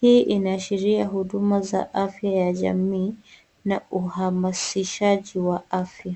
Hii inaashiria huduma za afya ya jamii na uhamasihaji wa afya.